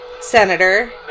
Senator